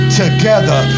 together